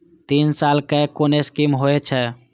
तीन साल कै कुन स्कीम होय छै?